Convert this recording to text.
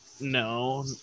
No